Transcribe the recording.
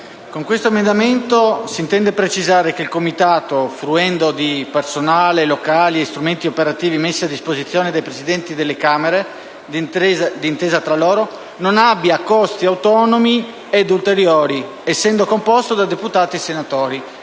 con l'emendamento 8.2 si intende precisare che il Comitato, fruendo di personale, locali e strumenti operativi messi a disposizione dai Presidenti delle Camere d'intesa tra loro, non abbia costi autonomi ed ulteriori, essendo composto da deputati e senatori.